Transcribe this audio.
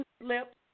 lips